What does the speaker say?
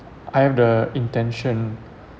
I have the intention